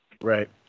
Right